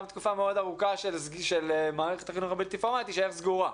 תקופה מאוד ארוכה שמערכת החינוך הבלתי פורמלי תישאר סגורה.